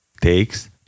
takes